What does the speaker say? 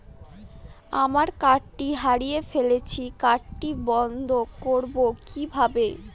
আমার কার্ডটি হারিয়ে ফেলেছি কার্ডটি বন্ধ করব কিভাবে?